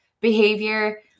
behavior